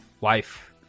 wife